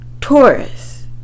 Taurus